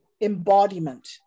embodiment